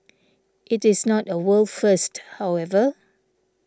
it is not a world first however